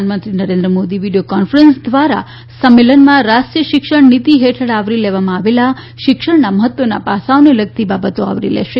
પ્રધાનમંત્રી Narendra Modi video conference દ્વારા સંમેલનમાં રાષ્ટ્રીય શિક્ષણ નીતિ હેઠળ આવરી લેવામાં આવેલા શિક્ષણના મહત્ત્વના પાસાઓને લગતી બાબતો આવરી લેશે